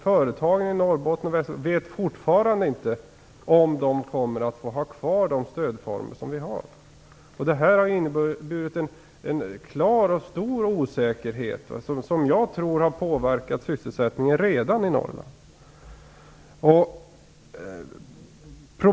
Företagen i Norrbotten och Västerbotten vet fortfarande inte om de kommer att få ha kvar de stödformer som de har i dag. Detta har inneburit en stor osäkerhet. Jag tror att den redan har påverkat sysselsättningen i Norrland.